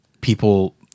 people